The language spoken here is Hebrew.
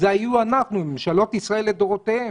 אלה היינו אנחנו, ממשלות ישראל לדורותיהן.